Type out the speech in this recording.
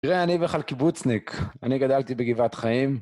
תראה, אני בכלל קיבוצניק. אני גדלתי בגבעת חיים.